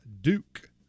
Duke